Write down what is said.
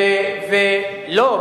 לא.